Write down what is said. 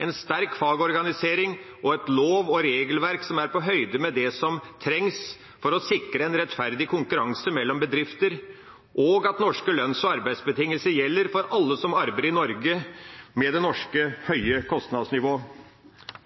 en sterk fagorganisering og et lov- og regelverk som er på høyde med det som trengs for å sikre en rettferdig konkurranse mellom bedrifter, og det at norske lønns- og arbeidsbetingelser gjelder for alle som arbeider i Norge, med det norske høye kostnadsnivået.